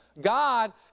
God